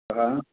कः